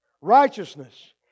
Righteousness